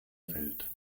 welt